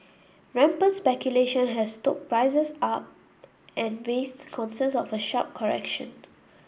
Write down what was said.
rampant speculation has stoked prices are and raised concerns of a sharp correction